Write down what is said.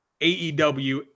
AEW